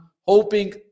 hoping